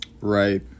Right